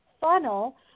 funnel